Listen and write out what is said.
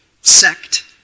Sect